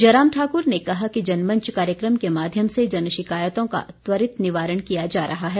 जयराम ठाकुर ने कहा कि जनमंच कार्यक्रम के माध्यम से जन शिकायतों का त्वरित निवारण किया जा रहा है